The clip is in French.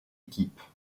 équipe